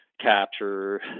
capture